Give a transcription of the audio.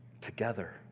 Together